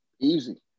Easy